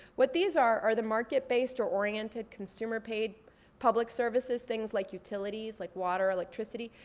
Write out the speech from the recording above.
what these are are the market based or oriented consumer paid public services, things like utilities, like water or electricity.